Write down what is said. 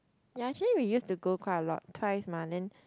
ya actually we used to go quite a lot twice mah then